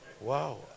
Wow